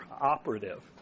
operative